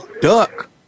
duck